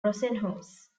rosenhaus